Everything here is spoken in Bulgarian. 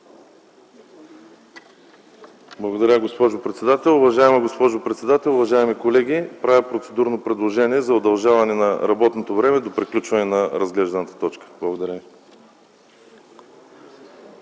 Благодаря, госпожо председател. Уважаема госпожо председател, уважаеми колеги! Правя процедурно предложение за удължаване на работното време до приключване на разглежданата точка. Благодаря